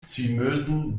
zymösen